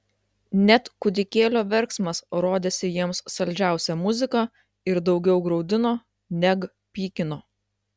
net kūdikėlio verksmas rodėsi jiems saldžiausia muzika ir daugiau graudino neg pykino